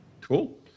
cool